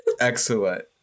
Excellent